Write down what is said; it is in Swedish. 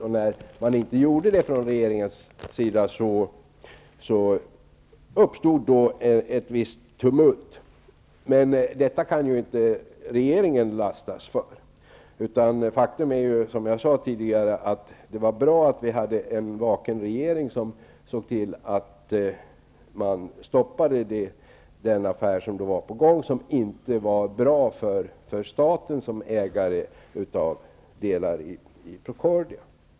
När regeringen inte gjorde det uppstod ett visst tumult. Men detta kan inte regeringen lastas för, utan faktum är, som jag sade tidigare, att det var bra att vi hade en vaken regering som såg till att man stoppade den affär som var på gång och som inte var bra för staten som ägare av delar av Procordia.